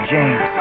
James